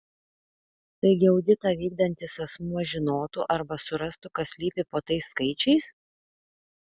taigi auditą vykdantis asmuo žinotų arba surastų kas slypi po tais skaičiais